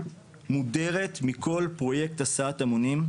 מודרת מכל פרויקט הסעת המונים,